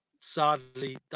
sadly